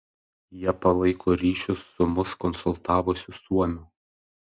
jie palaiko ryšius su mus konsultavusiu suomiu